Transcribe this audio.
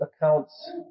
accounts